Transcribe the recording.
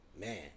Man